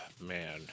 Man